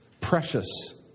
precious